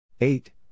Eight